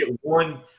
one